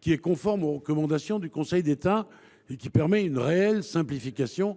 qui est conforme aux recommandations du Conseil d’État et permet une réelle simplification